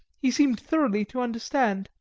he seemed thoroughly to understand,